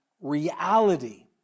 reality